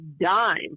dime